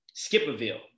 Skipperville